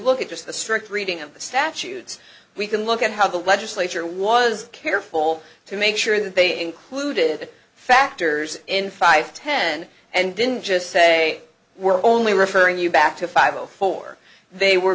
look at just the strict reading of the statutes we can look at how the legislature was careful to make sure that they included factors in five ten and didn't just say we're only referring you back to five zero four they were